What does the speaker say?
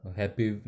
happy